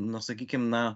na sakykim na